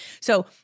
So-